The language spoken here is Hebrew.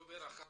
דובר אחרון.